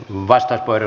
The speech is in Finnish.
kiitos siitä